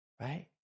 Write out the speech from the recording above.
Right